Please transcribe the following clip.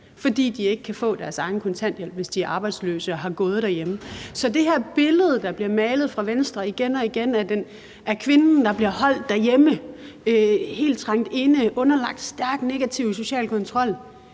fordi de ikke kan få deres egen kontanthjælp, hvis de er arbejdsløse og har gået derhjemme. Så set i lyset af det her billede, der igen og igen bliver tegnet fra Venstres side, af kvinden, der bliver holdt derhjemme og er helt lukket inde og underlagt stærk negativ social kontrol,